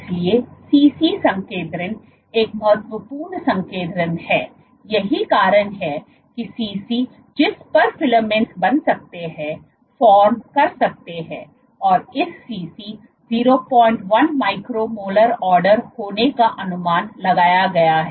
इसलिए Cc संकेंद्रण एक महत्वपूर्ण संकेंद्रण है यही कारण है कि Cc जिस पर फिलामेंट्स बन सकते हैं फार्म कर सकते हैं और इस Cc 01 माइक्रो मोलर ऑर्डर होने का अनुमान लगाया गया है